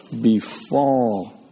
befall